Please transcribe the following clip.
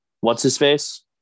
what's-his-face